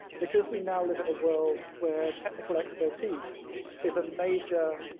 because we now live in a world where technical expertise is a major